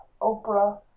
Oprah